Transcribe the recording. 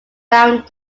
round